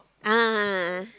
a'ah a'ah a'ah